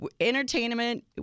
entertainment